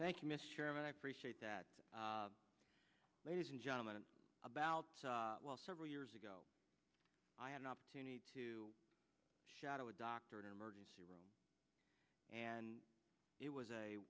thank you mr chairman i appreciate that ladies and gentlemen about well several years ago i had an opportunity to shadow a doctor an emergency room and it was a